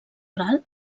ral